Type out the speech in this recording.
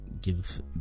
give